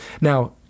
now